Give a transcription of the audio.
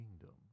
Kingdom